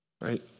right